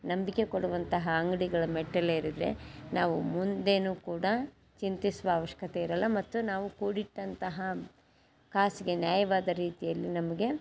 ನಂಬಿಕೆ ಕೊಡುವಂತಹ ಅಂಗಡಿಗಳ ಮೆಟ್ಟಿಲೇರಿದರೆ ನಾವು ಮುಂದೆಯೂ ಕೂಡಾ ಚಿಂತಿಸುವ ಆವಶ್ಯಕತೆ ಇರೋಲ್ಲ ಮತ್ತು ನಾವು ಕೂಡಿಟ್ಟಂತಹ ಕಾಸಿಗೆ ನ್ಯಾಯವಾದ ರೀತಿಯಲ್ಲಿ ನಮಗೆ